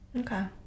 okay